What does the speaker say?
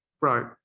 Right